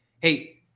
Hey